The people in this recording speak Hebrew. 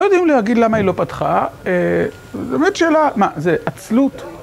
לא יודעים להגיד למה היא לא פתחה, זאת באמת שאלה, מה, זה עצלות?